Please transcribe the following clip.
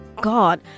God